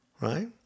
right